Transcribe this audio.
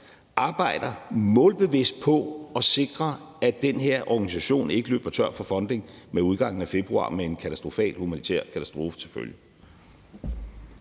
arbejder målbevidst på at sikre, at den her organisation ikke løber tør for funding med udgangen af februar med en katastrofal humanitær katastrofe til følge.